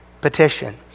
petition